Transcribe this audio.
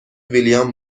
ویلیام